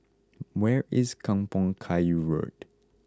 where is Kampong Kayu Road